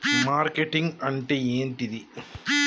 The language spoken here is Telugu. మార్కెటింగ్ అంటే ఏంటిది?